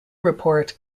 report